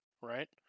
right